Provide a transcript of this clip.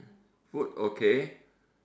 food okay